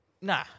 Nah